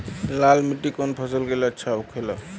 लाल मिट्टी कौन फसल के लिए अच्छा होखे ला?